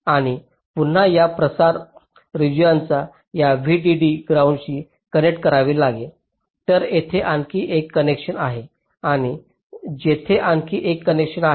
आणि पुन्हा या प्रसार रेजियॉन्सांना या VDD ग्राउंडशी कनेक्ट करावे लागेल तर येथे आणखी एक कनेक्शन आहे आणि येथे आणखी एक कनेक्शन आहे